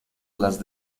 las